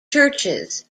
churches